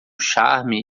charme